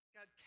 God